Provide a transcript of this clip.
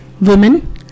Women